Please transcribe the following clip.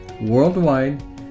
worldwide